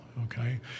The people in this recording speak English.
okay